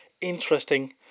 interesting